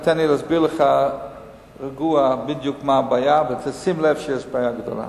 תן לי להסביר לך בצורה רגועה מה הבעיה ושים לב שיש בעיה גדולה.